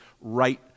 right